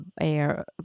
air